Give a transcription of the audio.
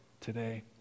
today